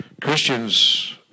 Christians